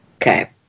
Okay